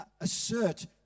assert